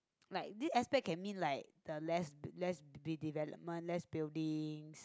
like this aspect can mean like the less bui~ less de~ development less buildings